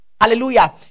Hallelujah